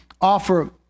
offer